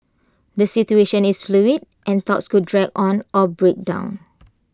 the situation is fluid and talks could drag on or break down